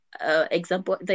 example